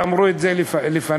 אמרו את זה לפני,